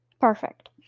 perfect